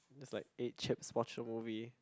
just like ate chips watch a movie